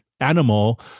animal